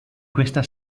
questa